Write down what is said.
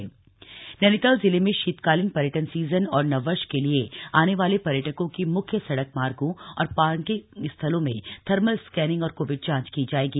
नव वर्ष नैनीताल नैनीताल जिले में शीतकालीन पर्यटन सीजन और नववर्ष के लिए आने वाले पर्यटकों की मुख्य सड़क मार्गो और पार्किंग स्थलों में थर्मल स्कैनिंग और कोविड जांच की जायेगी